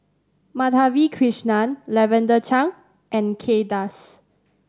Madhavi Krishnan Lavender Chang and Kay Das